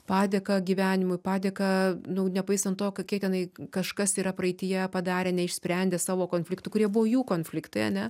padėką gyvenimui padėką nu nepaisant to kokie tenai kažkas yra praeityje padarę neišsprendę savo konfliktų kurie buvo jų konfliktai ane